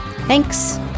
Thanks